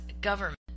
government